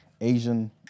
Asian